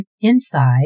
inside